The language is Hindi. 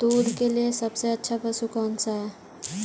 दूध के लिए सबसे अच्छा पशु कौनसा है?